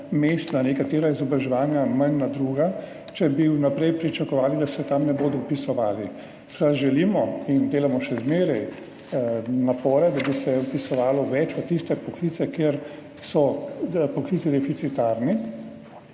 na nekatera izobraževanja, manj na druga, če bi vnaprej pričakovali, da se tja ne bodo vpisovali. Želimo in delamo še zmeraj napore, da bi se vpisovalo več v tiste poklice, kjer so poklici deficitarni,